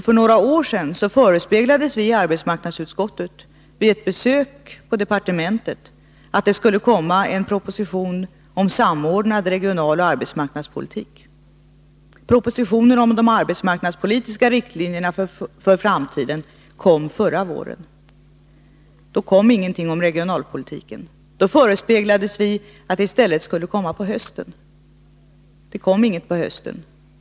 För några år sedan förespeglades vi i arbetsmarknadsutskottet vid ett besök på departementet att det skulle komma en proposition om samordnad regionaloch arbetsmarknadspolitik. Propositionen om de arbetsmarknadspolitiska riktlinjerna för framtiden kom förra våren. Det kom ingen proposition om regionalpolitiken. Då förespeglades vi att den i stället skulle komma på hösten. Det kom ingen proposition på hösten.